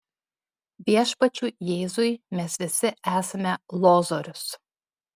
viešpačiui jėzui mes visi esame lozorius